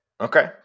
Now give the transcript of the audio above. Okay